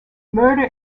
murder